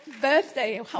birthday